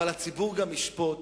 הציבור גם ישפוט